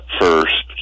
first